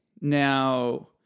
Now